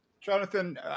Jonathan